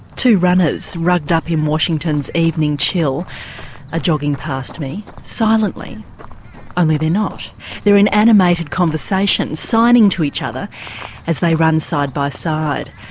two runners rugged up in washington's evening chill are jogging past me, silently only they're not they're in animated conversation, signing to each other as they run side by side.